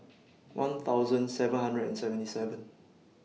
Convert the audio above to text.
one thousand seven hundred and seventy seven